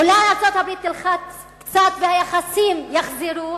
אולי ארצות-הברית תלחץ קצת והיחסים יחזרו,